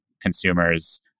consumers